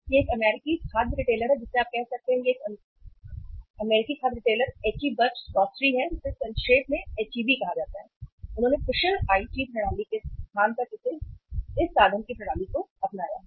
यह एक अमेरिकी खाद्य रिटेलर है जिसे आप कहते हैं कि यह एक अमेरिकी खाद्य रिटेलर HE बट ग्रॉसरी है जिसे संक्षेप में HEB कहा जाता है उन्होंने कुशल आईटी प्रणाली के स्थान पर इस साधन की प्रणाली को अपनाया है